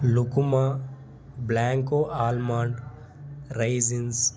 lucuma blanco almond raisins